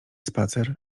spacer